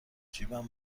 جیبم